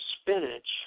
spinach